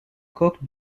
coque